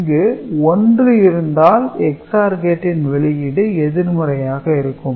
இங்கு 1 இருந்தால் XOR கேட்டின் வெளியீடு எதிர்மறையாக இருக்கும்